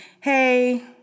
Hey